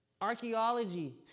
archaeology